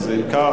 אם כך,